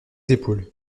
épaules